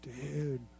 dude